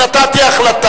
היינו הך.